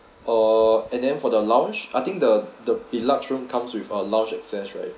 uh and then for the lounge I think the the deluxe room comes with a lounge access right